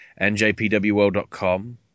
njpwworld.com